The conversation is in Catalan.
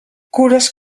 cures